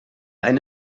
eine